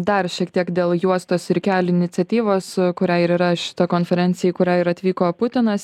dar šiek tiek dėl juostos ir kelių iniciatyvos kurią ir yra šita konferencija į kurią ir atvyko putinas